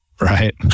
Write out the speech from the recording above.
Right